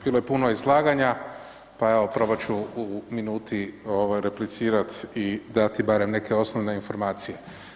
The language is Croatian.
Bilo je puno izlaganja pa evo probat ću u minuti replicirat i dati barem neke osnovne informacije.